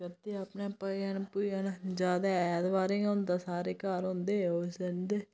फ्ही करदे अपने भजन भुजन ज्यादा ऐतबारें गै होंदा सारे घर होंदे उस दिन ते